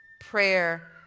prayer